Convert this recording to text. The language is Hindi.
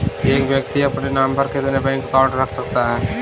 एक व्यक्ति अपने नाम पर कितने बैंक अकाउंट रख सकता है?